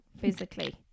physically